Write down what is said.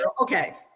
Okay